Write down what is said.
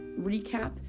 recap